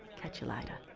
catch you like but